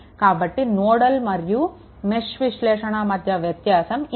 కాబట్టి నోడల్ మరియు మెష్ విశ్లేషణ మధ్య వ్యత్యాసం ఇది